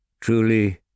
Truly